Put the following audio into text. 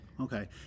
okay